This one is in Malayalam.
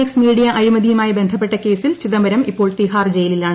എക്സ് മീഡിയ അഴിമതിയുമായി ബന്ധപ്പെട്ട കേസിൽ ചിദംബരം ഇപ്പോൾ തിഹാർ ജയിലിലാണ്